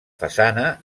façana